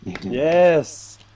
Yes